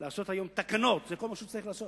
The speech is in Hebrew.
לעשות היום תקנות, זה כל מה שהוא צריך לעשות,